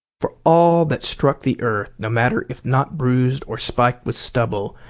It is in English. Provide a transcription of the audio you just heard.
for all that struck the earth, no matter if not bruised or spiked with stubble,